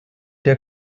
der